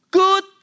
good